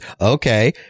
okay